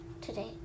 Today